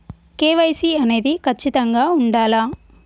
KYC అనేది ఖచ్చితంగా ఉండాలా?